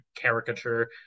caricature